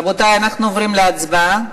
רבותי, אנחנו עוברים להצבעה.